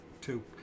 two